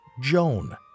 Joan